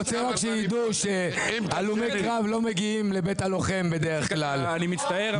היחידה לתגובות קרב, נציגי צה"ל.